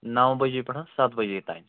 نَو بجے پٮ۪ٹھ سَتھ بجے تام